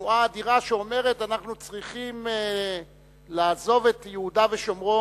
תנועה אדירה שאומרת: אנחנו צריכים לעזוב את יהודה ושומרון,